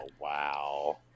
wow